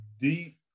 deep